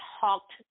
talked